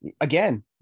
again